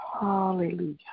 Hallelujah